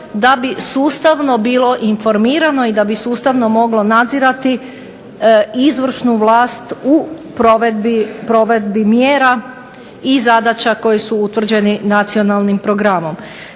da bi sustavno bilo informirano i da bi sustavno moglo nadzirati izvršnu vlast u provedbi mjera i zadaća koji su utvrđeni Nacionalnim programom.